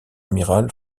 amiral